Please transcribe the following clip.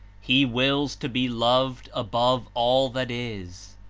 he wills to be loved above all that is.